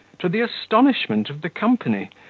to the astonishment of the company,